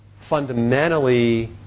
fundamentally